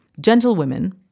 Gentlewomen